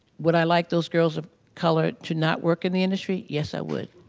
would i like those girls of color to not work in the industry? yes, i would.